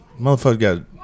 Motherfucker